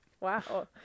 Wow